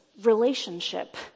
relationship